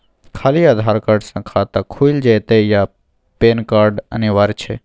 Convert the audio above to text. खाली आधार कार्ड स खाता खुईल जेतै या पेन कार्ड अनिवार्य छै?